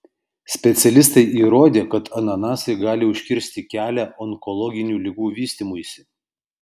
specialistai įrodė kad ananasai gali užkirsti kelią onkologinių ligų vystymuisi